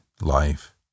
life